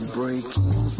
breaking